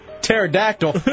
Pterodactyl